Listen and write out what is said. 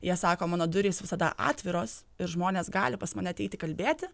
jie sako mano durys visada atviros ir žmonės gali pas mane ateiti kalbėti